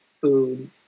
food